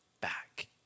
back